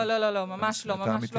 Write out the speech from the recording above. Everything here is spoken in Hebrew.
לא, ממש לא.